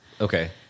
okay